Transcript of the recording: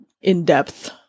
in-depth